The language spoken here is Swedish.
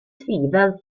tvivel